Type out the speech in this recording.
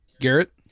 Garrett